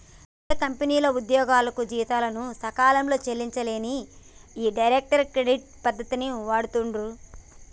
పెద్ద కంపెనీలు ఉద్యోగులకు జీతాలను సకాలంలో చెల్లించనీకి ఈ డైరెక్ట్ క్రెడిట్ పద్ధతిని వాడుతుర్రు